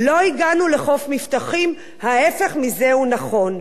לא הגענו לחוף מבטחים, ההיפך מזה הוא נכון.